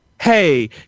Hey